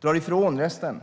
drar ifrån resten!